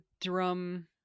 drum